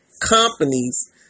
companies